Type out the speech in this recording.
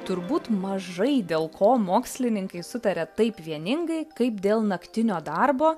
turbūt mažai dėl ko mokslininkai sutaria taip vieningai kaip dėl naktinio darbo